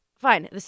Fine